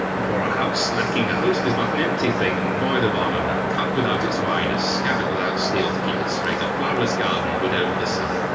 for a house lacking a host is but an empty thing and void of honour a cup without its wine, a scabbard without steel to keep it straight, a flowerless garden widowed of the sun.